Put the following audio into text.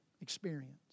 experience